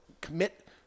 commit